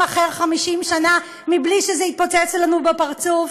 אחר 50 שנה בלי שזה יתפוצץ לנו בפרצוף,